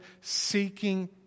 seeking